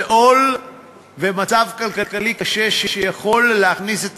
זה עול במצב כלכלי קשה שיכול להכניס את